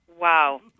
Wow